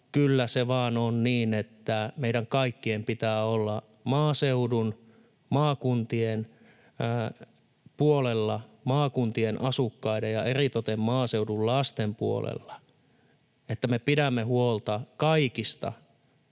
kyllä se vain on niin, että meidän kaikkien pitää olla maaseudun, maakuntien puolella, maakuntien asukkaiden ja eritoten maaseudun lasten puolella, että me pidämme huolta kaikista